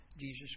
Jesus